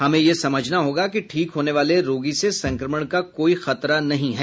हमें यह समझना होगा कि ठीक होने वाले रोगी से संक्रमण का कोई खतरा नहीं है